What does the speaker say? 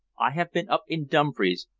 i have been up in dumfries,